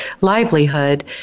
livelihood